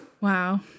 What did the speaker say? Wow